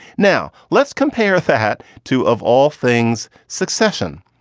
now let's compare that to, of all things, succession.